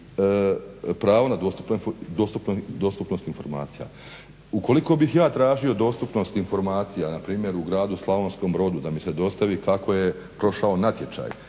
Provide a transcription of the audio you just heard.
pravo na dostupnost informacijama. Ukoliko bih ja tražio dostupnost informacija npr. u gradu Slavonskom Brodu da mi se dostavi kako je prošao natječaj,